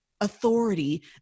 authority